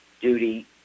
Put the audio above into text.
duty